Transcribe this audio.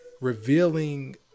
revealing